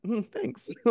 thanks